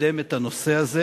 שתקדם את הנושא הזה.